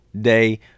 day